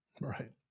Right